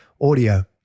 audio